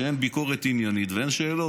שאין ביקורת עניינית ואין שאלות.